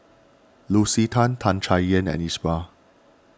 Lucy Tan Tan Chay Yan and Iqbal